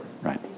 right